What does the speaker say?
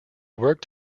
worked